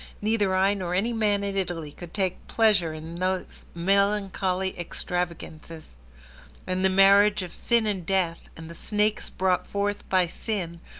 neither i nor any man in italy could take pleasure in those melancholy extravagances and the marriage of sin and death, and the snakes brought forth by sin,